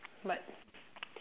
but